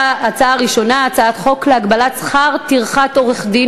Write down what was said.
ההצעה הראשונה: הצעת חוק להגבלת שכר טרחת עורך-דין